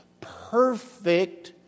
perfect